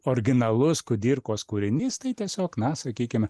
originalus kudirkos kūrinys tai tiesiog na sakykim